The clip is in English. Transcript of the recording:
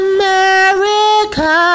America